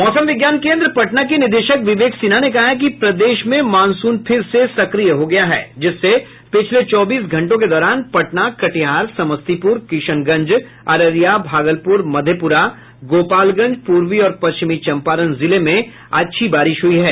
मौसम विज्ञान केन्द्र पटना के निदेशक विवेक सिन्हा ने कहा है कि प्रदेश में मॉनसून फिर से सक्रिय हो गया है जिससे पिछले चौबीस घंटों के दौरान पटना कटिहार समस्तीपुर किशनगंज अररिया भागलपुर मधेपुरा गोपालगंज पूर्वी और पश्चिमी चंपारण जिले में अच्छी बारिश हुई है